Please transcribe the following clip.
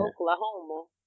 Oklahoma